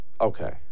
Okay